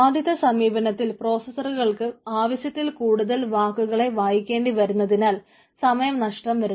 ആദ്യത്തെ സമീപനത്തിൽ പ്രോസ്സസറുകൾക്ക് ആവശ്യത്തിൽ കൂടുതൽ വാക്കുകളെ വായിക്കേണ്ടി വരുന്നതിനാൽ സമയം നഷ്ടം വരുന്നു